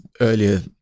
earlier